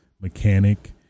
mechanic